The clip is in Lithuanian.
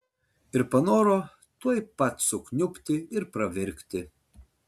ir panoro tuoj pat sukniubti ir pravirkti